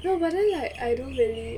no but then like I don't really